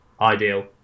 ideal